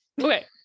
Okay